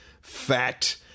fat